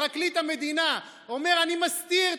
פרקליט המדינה אומר: אני מסתיר,